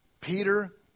Peter